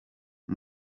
cyo